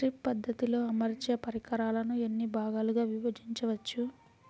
Drip పద్ధతిలో అమర్చే పరికరాలను ఎన్ని భాగాలుగా విభజించవచ్చు?